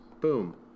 boom